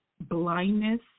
blindness